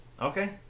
Okay